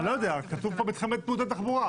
אני לא יודע, כתוב פה מתחם מוטה תחבורה.